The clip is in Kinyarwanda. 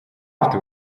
dufite